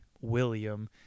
William